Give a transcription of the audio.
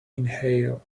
inhale